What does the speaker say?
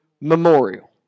memorial